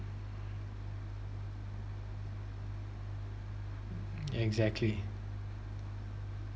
exactly